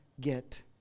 get